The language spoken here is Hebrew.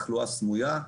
תחלואה סמויה.